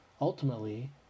Ultimately